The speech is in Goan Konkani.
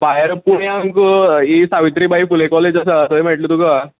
भायर पुण्याक ही सावित्रीबाई फुले कॉलेज आसा थंय मेळटलें तुका